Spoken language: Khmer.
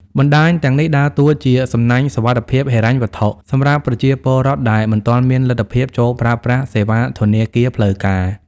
បណ្ដាញទាំងនេះដើរតួជា "សំណាញ់សុវត្ថិភាពហិរញ្ញវត្ថុ" សម្រាប់ប្រជាពលរដ្ឋដែលមិនទាន់មានលទ្ធភាពចូលប្រើប្រាស់សេវាធនាគារផ្លូវការ។